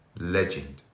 Legend